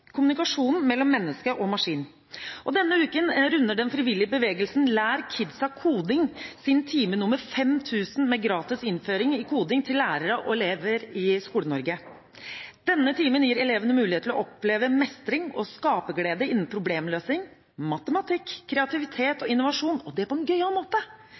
kommunikasjonen mellom menneske og maskin. Denne uken runder den frivillige bevegelsen Lær Kidsa Koding sin time nr. 5 000 med gratis innføring i koding til lærere og elever i Skole-Norge. Denne timen gir elevene mulighet til å oppleve mestring og skaperglede innen problemløsning, matematikk, kreativitet og innovasjon, og det på en gøyal måte.